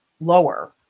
lower